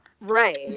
right